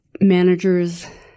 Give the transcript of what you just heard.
managers